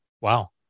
Wow